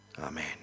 amen